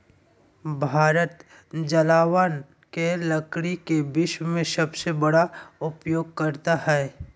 भारत जलावन के लकड़ी के विश्व में सबसे बड़ा उपयोगकर्ता हइ